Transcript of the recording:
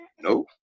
No